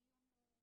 הדיון הוא,